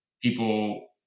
people